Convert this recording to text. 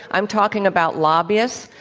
i'm talking about lobbyists.